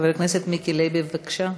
חבר הכנסת מיקי לוי, בבקשה.